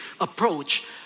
approach